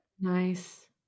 nice